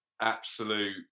absolute